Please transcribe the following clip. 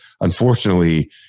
unfortunately